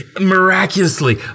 miraculously